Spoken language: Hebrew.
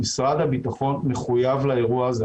משרד הביטחון מחויב לאירוע הזה.